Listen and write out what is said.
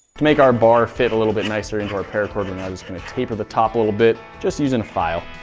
to make our bar fit a little bit nicer into our paracord, and i'm just going to taper the top a little bit just using a file.